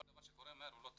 כל דבר שקורה מהר הוא לא טוב.